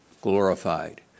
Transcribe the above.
glorified